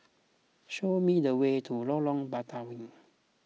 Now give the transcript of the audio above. show me the way to Lorong Batawi